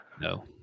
No